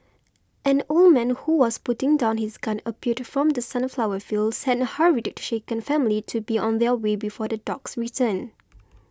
an old man who was putting down his gun appeared from the sunflower fields and hurried the shaken family to be on their way before the dogs return